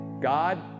God